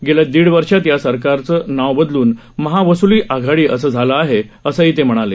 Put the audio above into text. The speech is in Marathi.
गेल्या दीड वर्षात या सरकारचं नाव बदलून महावसूली आघाडी असं झालं आहे असं ते म्हणाले